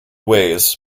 ways